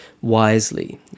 wisely